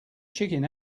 chicken